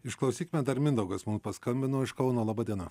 išklausykime dar mindaugas mum paskambino iš kauno laba diena